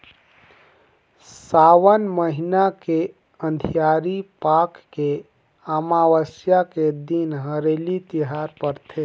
सावन महिना के अंधियारी पाख के अमावस्या के दिन हरेली तिहार परथे